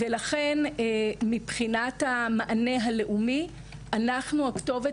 לכן מבחינת המענה הלאומי אנחנו הכתובת